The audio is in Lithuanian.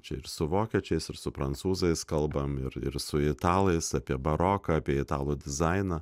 čia ir su vokiečiais ir su prancūzais kalbam ir su italais apie baroką apie italų dizainą